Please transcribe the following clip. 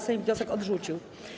Sejm wniosek odrzucił.